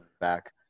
back